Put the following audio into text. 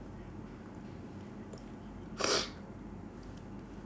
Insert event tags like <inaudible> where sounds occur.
<noise>